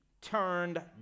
turned